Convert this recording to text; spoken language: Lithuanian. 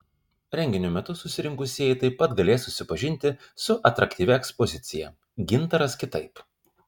renginio metu susirinkusieji taip pat galės susipažinti su atraktyvia ekspozicija gintaras kitaip